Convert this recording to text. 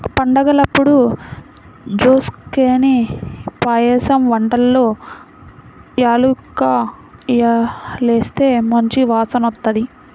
పండగలప్పుడు జేస్కొనే పాయసం వంటల్లో యాలుక్కాయాలేస్తే మంచి వాసనొత్తది